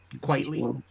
Quietly